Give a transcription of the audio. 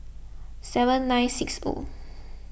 seven nine six O